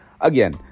again